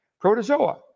protozoa